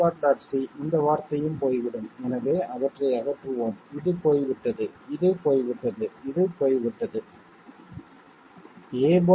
c இந்த வார்த்தையும் போய்விடும் எனவே அவற்றை அகற்றுவோம் இது போய்விட்டது இது போய்விட்டது இது போய்விட்டது a'